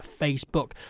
Facebook